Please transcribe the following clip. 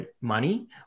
money